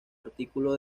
artículo